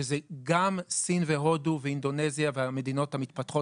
שזה גם סין והודו ואינדונזיה והמדינות המתפתחות